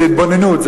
זאת התבוננות,